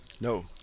No